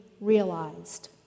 realized